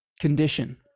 condition